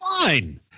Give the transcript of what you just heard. fine